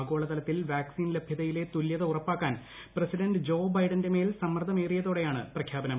ആഗോള തലത്തിൽ വാക്സിൻ ലഭ്യതയിലെ തുല്യത ഉറപ്പാക്കാൻ പ്രസിഡന്റ് ജോ ബൈഡന്റെ മേൽ സമ്മർദ്ദമേറിയ തോടെയാണ് പ്രഖ്യാപനം